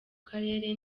karere